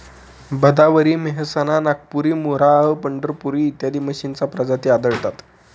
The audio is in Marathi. भदावरी, मेहसाणा, नागपुरी, मुर्राह, पंढरपुरी इत्यादी म्हशींच्या प्रजाती आढळतात